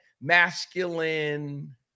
masculine